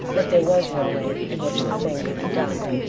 yet there was one way in which the thing could be done.